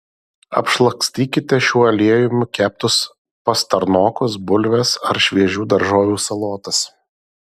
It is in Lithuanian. apšlakstykite šiuo aliejumi keptus pastarnokus bulves ar šviežių daržovių salotas